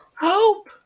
Hope